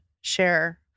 share